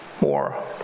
more